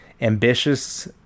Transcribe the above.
ambitious